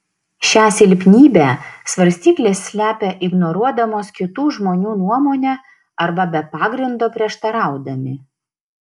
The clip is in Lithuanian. šią silpnybę svarstyklės slepia ignoruodamos kitų žmonių nuomonę arba be pagrindo prieštaraudami